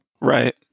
right